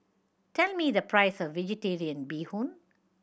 tell me the price of Vegetarian Bee Hoon